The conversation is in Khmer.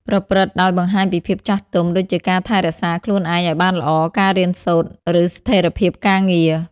ប្រព្រឹត្តដោយបង្ហាញពីភាពចាស់ទុំ ដូចជាការថែរក្សាខ្លួនឯងឲ្យបានល្អ ការរៀនសូត្រ ឬស្ថិរភាពការងារ។